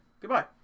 goodbye